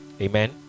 amen